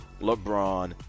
LeBron